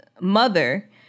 mother